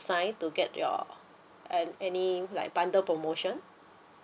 sign to get your an~ any like bundle promotion